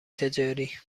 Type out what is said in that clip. تجاری